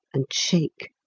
and shake.